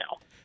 now